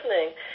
listening